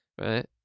right